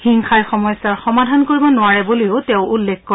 হিংসাই সমস্যাৰ সমাধান কৰিব নোৱাৰে বুলিও তেওঁ উল্লেখ কৰে